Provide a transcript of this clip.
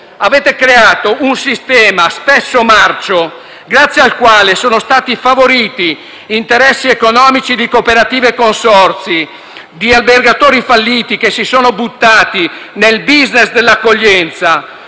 Avete creato un sistema, spesso marcio, grazie al quale sono stati favoriti interessi economici di cooperative e consorzi, di albergatori falliti che si sono buttati nel *business* dell'accoglienza: